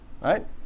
Right